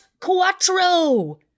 quattro